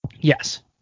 yes